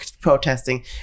protesting